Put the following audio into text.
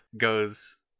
goes